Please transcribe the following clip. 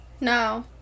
no